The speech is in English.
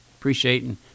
appreciating